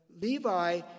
Levi